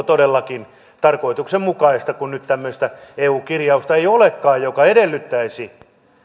todellakin tarkoituksenmukaista kun nyt tämmöistä eu kirjausta ei olekaan joka edellyttäisi